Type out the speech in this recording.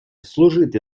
служити